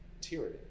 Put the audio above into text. tyranny